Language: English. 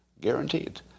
Guaranteed